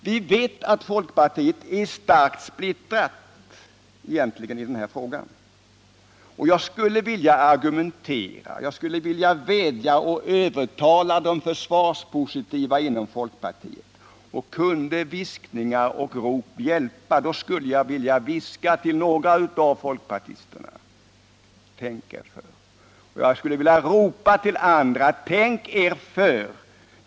Vi vet att folkpartiet egentligen är starkt splittrat i denna fråga. Jag skulle vilja argumentera, vädja till och övertala de försvarspositiva inom folkpartiet. Kunde viskningar eller rop hjälpa, skulle jag vilja viska till några och ropa till andra: Tänk er för!